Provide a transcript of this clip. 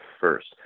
first